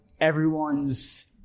everyone's